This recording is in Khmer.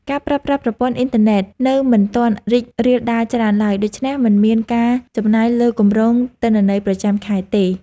ការប្រើប្រាស់ប្រព័ន្ធអ៊ីនធឺណិតនៅមិនទាន់រីករាលដាលច្រើនឡើយ ដូច្នេះមិនមានការចំណាយលើគម្រោងទិន្នន័យប្រចាំខែទេ។